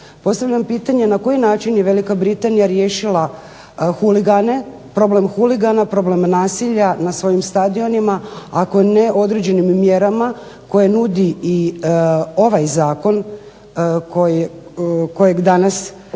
postavljam pitanje na koji način je Velika Britanija riješila problem huligana, problem nasilja na svojim stadionima ako ne određenim mjerama kojeg nudi ovaj zakon o kojem danas